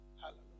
Hallelujah